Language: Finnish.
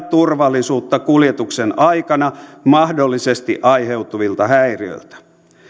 turvallisuutta kuljetuksen aikana mahdollisesti aiheutuvilta häiriöiltä